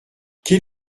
quel